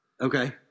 Okay